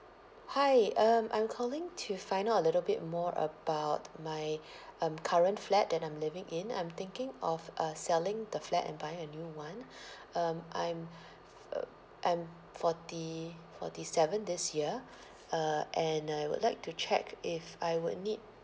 hi um I'm calling to find out a little bit more about my um current flat that I'm living in I'm thinking of uh selling the flat and buying a new one um I'm ugh I'm forty forty seven this year uh and I would like to check if I would need